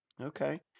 Okay